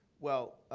well,